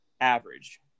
average